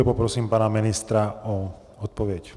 A poprosím pana ministra o odpověď.